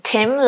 Tim